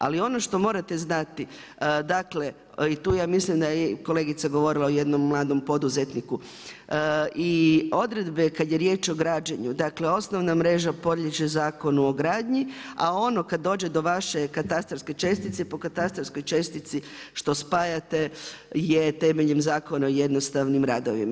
Ali ono što morate znati i tu ja mislim da je kolegica govorila o jednom mladom poduzetniku, i odredbe kada je riječ o građenju dakle osnovna mreže podliježe Zakonu o gradnji, a ono kada dođe do vaše katastarske čestice po katastarskoj čestiti što spajate je temeljem Zakona o jednostavnim radovima.